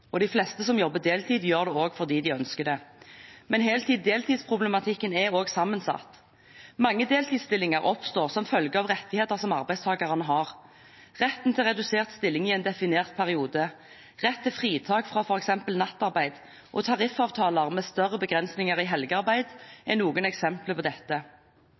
og de fleste som jobber deltid, gjør det fordi de ønsker det. Men heltids-/deltidsproblematikken er sammensatt. Mange deltidsstillinger oppstår som følge av rettigheter som arbeidstakerne har. Rett til redusert stilling i en definert periode, rett til fritak for f.eks. nattarbeid, og tariffavtaler med større begrensninger i helgearbeid er noen eksempler på dette.